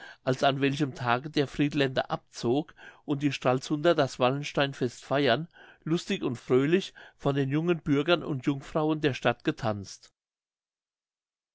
als an welchem tage der friedländer abzog und die stralsunder das wallensteinsfest feiern lustig und fröhlich von den jungen bürgern und jungfrauen der stadt getanzt